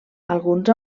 alguns